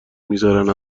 میذارین